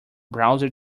browser